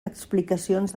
explicacions